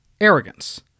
Arrogance